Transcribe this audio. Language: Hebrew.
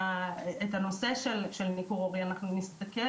הנושא של ניכור הורי, אנחנו נסתכל